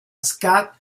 scott